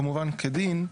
כמובן כדין,